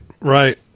right